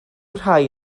rhai